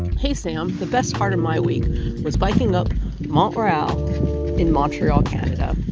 hey, sam. the best part of my week was biking up mount royal in montreal, canada,